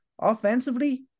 offensively